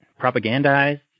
propagandized